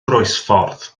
groesffordd